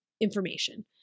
information